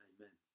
Amen